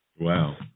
Wow